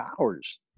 hours